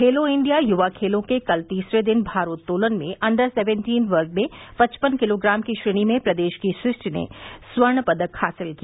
खेलो India युवा खेलों के कल तीसरे दिन भारोत्तोलन में अंडर सेवेन्टीन वर्ग में पचपन किलोग्राम की श्रेणी में प्रदेश की सृष्टि ने स्वर्ण पदक हासिल किया